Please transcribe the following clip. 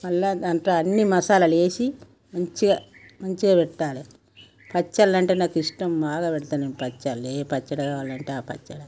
మళ్ళీ దాంట్లో అన్ని మసాలాలు వేసి మంచిగా మంచిగా పెట్టాలి పచ్చళ్ళు అంటే నాకిష్టం బాగా పెడతా నేను పచ్చళ్ళు ఏ పచ్చడి కావాలంటే ఆ పచ్చడి